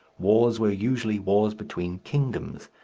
wars were usually wars between kingdoms,